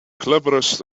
cleverest